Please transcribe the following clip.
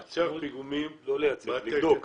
לא לייצר אלא לבדוק.